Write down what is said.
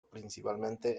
principalmente